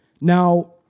Now